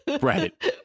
right